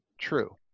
true